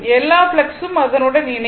எல்லா ஃப்ளக்ஸ் ம் அதனுடன் இணையும்